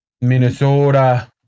Minnesota